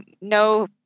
no